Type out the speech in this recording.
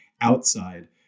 outside